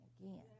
again